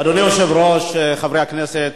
אדוני היושב-ראש, חברי הכנסת,